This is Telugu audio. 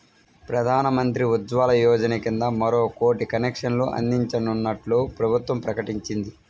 ప్రధాన్ మంత్రి ఉజ్వల యోజన కింద మరో కోటి కనెక్షన్లు అందించనున్నట్లు ప్రభుత్వం ప్రకటించింది